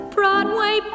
Broadway